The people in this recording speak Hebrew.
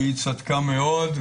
היא צדקה מאוד.